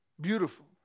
Beautiful